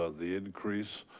ah the increase.